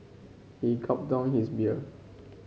he gulped down his beer